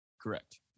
Correct